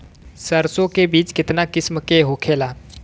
सरसो के बिज कितना किस्म के होखे ला?